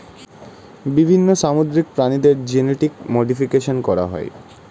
বিভিন্ন সামুদ্রিক প্রাণীদের জেনেটিক মডিফিকেশন করা হয়